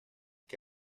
que